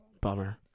Bummer